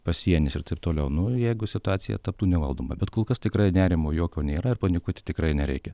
pasienis ir taip toliau nu jeigu situacija taptų nevaldoma bet kol kas tikrai nerimo jokio nėra ir panikuoti tikrai nereikia